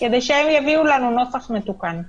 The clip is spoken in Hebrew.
כדי שהם יביאו לנו נוסח מתוקן,